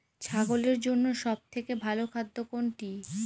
ছাগলের জন্য সব থেকে ভালো খাদ্য কোনটি?